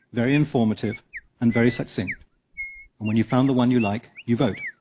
very informative and very succinct. and when you've found the one you like, you vote.